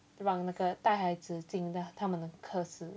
让那个带孩子进他们的课室